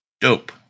Dope